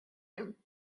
him